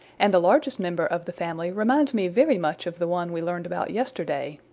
and the largest member of the family reminds me very much of the one we learned about yesterday.